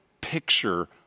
picture